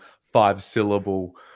five-syllable